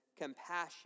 compassion